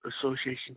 Association